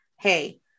hey